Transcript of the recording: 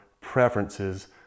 preferences